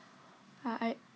I